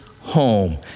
home